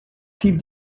keep